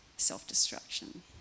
Self-destruction